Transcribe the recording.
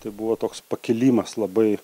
tai buvo toks pakilimas labai